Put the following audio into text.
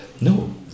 No